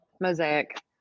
Mosaic